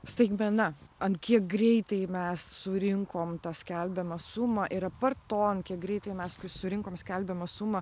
staigmena ant kiek greitai mes surinkom tą skelbiamą sumą ir apart to ant kiek greitai mes kai surinkom skelbiamą sumą